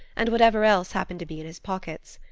and whatever else happened to be in his pockets.